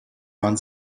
man